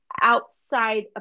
outside